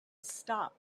stop